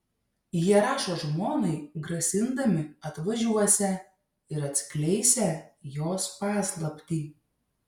jie rašo žmonai grasindami atvažiuosią ir atskleisią jos paslaptį